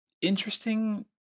interesting